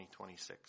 2026